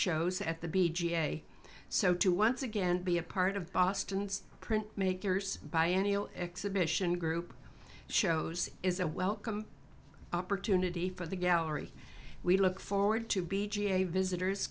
shows at the b ga so to once again be a part of boston's print makers by any exhibition group shows is a welcome opportunity for the gallery we look forward to be ga visitors